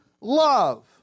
love